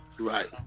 Right